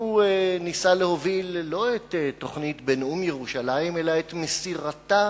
הוא ניסה להוביל לא את תוכנית בינאום ירושלים אלא את מסירתה